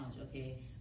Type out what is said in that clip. Okay